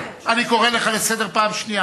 אני קורא לך לסדר פעם שנייה,